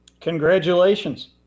Congratulations